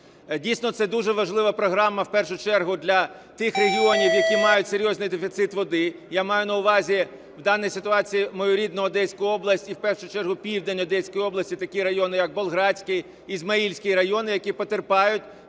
Дійсно, це дуже важлива програма, в першу чергу для тих регіонів, які мають серйозний дефіцит води. Я маю на увазі в даній ситуації мою рідну Одеську область і в першу чергу південь Одеської області, такі райони як Болградський, Ізмаїльський райони, які потерпають